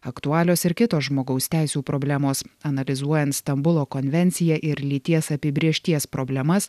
aktualios ir kitos žmogaus teisių problemos analizuojant stambulo konvenciją ir lyties apibrėžties problemas